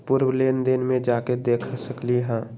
पूर्व लेन देन में जाके देखसकली ह?